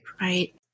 Right